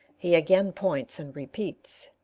he again points and repeats,